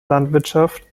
landwirtschaft